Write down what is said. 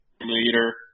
leader